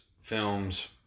films